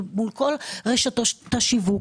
מול כל רשתות השיווק.